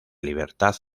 libertad